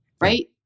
right